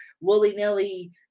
willy-nilly